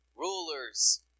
Rulers